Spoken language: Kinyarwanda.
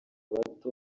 bato